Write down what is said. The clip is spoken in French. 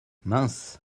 mince